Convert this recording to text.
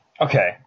okay